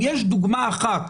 אם יש דוגמה אחת